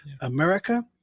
America